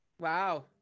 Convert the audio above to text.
wow